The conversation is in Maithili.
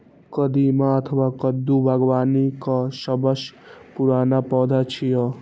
कदीमा अथवा कद्दू बागबानी के सबसं पुरान पौधा छियै